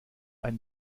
ein